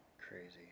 Crazy